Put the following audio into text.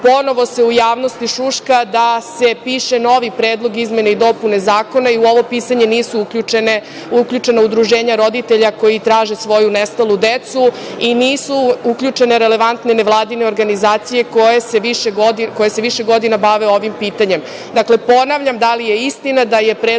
beba? Ponovo se u javnosti šuška da se piše novi predlog izmene i dopune zakona i u ovo pisanje nisu uključena udruženja roditelja koji traže svoju nestalu decu i nisu uključene relevantne nevladine organizacije koje se više godina bave ovim pitanjem.